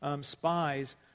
spies